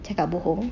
cakap bohong